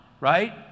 right